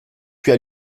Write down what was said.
puis